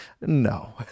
No